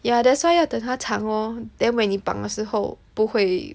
ya that's why 要等它长 lor then when 你绑的时候不会